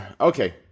Okay